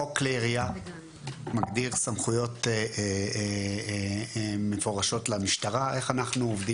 חוק כלי ירייה מגדיר סמכויות מפורשות למשטרה איך אנחנו עובדים.